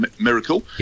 miracle